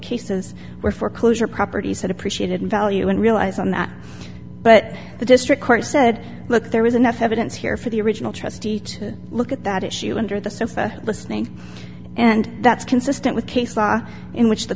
cases where foreclosure properties had appreciated in value and relies on that but the district court said look there was enough evidence here for the original trustee to look at that issue under the sofa listening and that's consistent with case law in which the